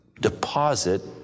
deposit